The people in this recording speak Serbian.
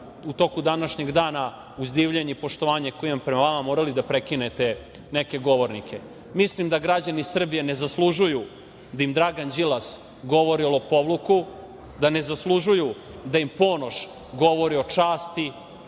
u toku današnjeg dana, uz divljenje i poštovanje koje imam prema vama, morali da prekinete neke govornike. Mislim da građani Srbije ne zaslužuju da im Dragan Đilas govori o lopovluku, da ne zaslužuju da im Ponoš govori o časti